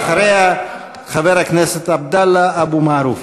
אחריה, חבר הכנסת עבדאללה אבו מערוף.